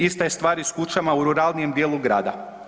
Ista je stvar i s kućama u ruralnijem dijelu grada.